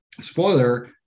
spoiler